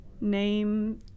name